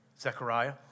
Zechariah